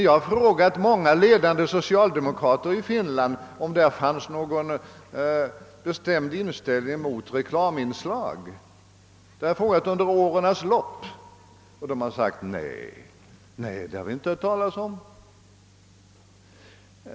Jag har frågat många ledande socialdemokrater i Finland om det fanns eller finns någon bestämd inställning mot reklaminslag. Jag har frågat så under årens lopp. De har svarat att det har de inte hört talas om.